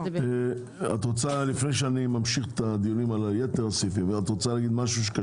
לפני שאני ממשיך, את רוצה לומר משהו?